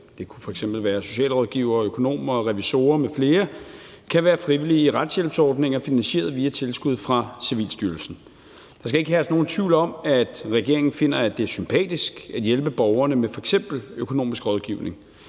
det kunne f.eks. være socialrådgivere, økonomer, revisorer m.fl. – kan være frivillige i retshjælpsordninger finansieret via tilskud fra Civilstyrelsen. Der skal ikke herske nogen tvivl om, at regeringen finder, at det er sympatisk at hjælpe borgerne med f.eks. økonomisk rådgivning.